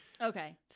okay